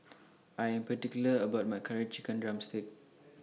I Am particular about My Curry Chicken Drumstick